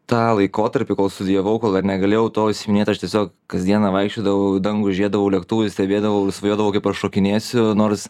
tą laikotarpį kol studijavau kol dar negalėjau tuo užsiiminėt aš tiesiog kasdieną vaikščiodavau į dangų žiedavau lėktuvais sėdėdavau svajodavau kaip aš šokinėsiu nors